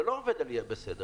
זה לא עובד על יהיה בסדר.